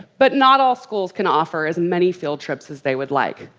but not all schools can offer as many field trips as they would like.